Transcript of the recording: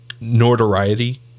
notoriety